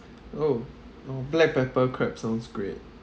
oh oh black pepper crab sounds great